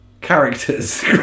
characters